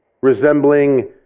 resembling